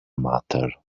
matter